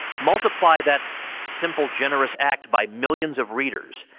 multiply that simple, generous act by millions of readers,